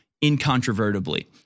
incontrovertibly